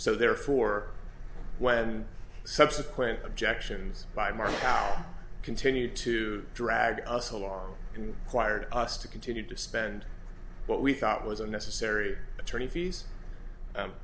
so therefore when subsequent objections by martin how continue to drag us along can quired us to continue to spend what we thought was a necessary attorney fees